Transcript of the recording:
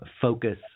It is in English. focus